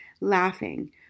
laughing